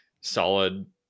solid